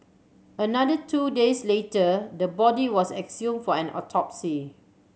another two days later the body was exhumed for an autopsy